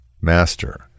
Master